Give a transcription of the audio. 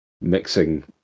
mixing